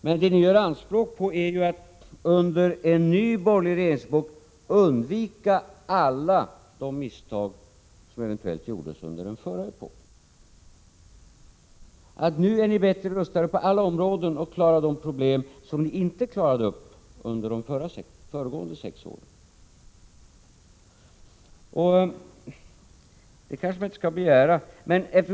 Men det ni gör anspråk på är att under en ny borgerlig regeringsepok undvika alla de misstag som eventuellt gjordes under den förra epoken — nu är ni bättre rustade på alla områden för att klara de problem som ni inte klarade upp under de föregående sex åren.